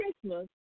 Christmas